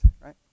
right